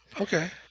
Okay